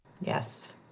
Yes